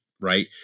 right